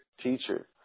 teacher